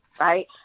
right